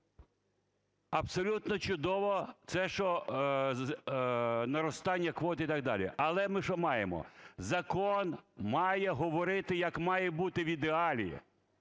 Абсолютно чудово – це що наростання квот і так далі. Але ми що маємо? Закон має говорити, як має бути в ідеалі,